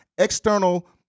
external